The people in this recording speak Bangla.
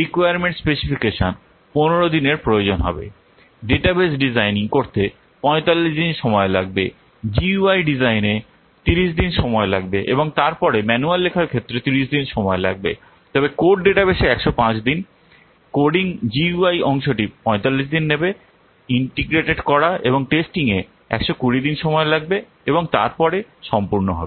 রিকোয়ারমেন্ট স্পেসিফিকেশন 15 দিনের প্রয়োজন হবে ডাটাবেস ডিজাইনিং করতে 45 দিন সময় লাগবে জিইউআই ডিজাইনে 30 দিন সময় লাগবে এবং তারপরে ম্যানুয়াল লেখার ক্ষেত্রে 30 দিন সময় লাগবে তবে কোড ডাটাবেসে 105 দিন কোডিং জিইউআই অংশটি 45 দিন নেবে ইন্টিগ্রেটেড করা এবং টেস্টিংয়ে 120 দিন সময় লাগবে এবং তারপরে সম্পূর্ণ হবে